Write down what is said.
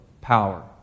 power